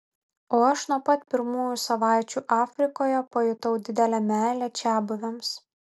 o aš nuo pat pirmųjų savaičių afrikoje pajutau didelę meilę čiabuviams